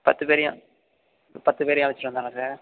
பத்து பேரையும் பத்து பேரையும் அழைச்சிட்டு வந்தடறேன் சார்